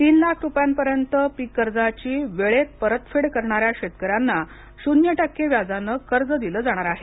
तीन लाख रुपयांपर्यंत पीक कर्जाची वेळेत परतफेड करणाऱ्या शेतकऱ्यांना शून्य टक्के व्याजाने कर्ज दिले जाणार आहे